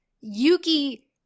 Yuki